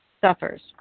suffers